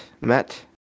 met